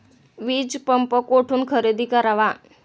वीजपंप कुठून खरेदी करावा?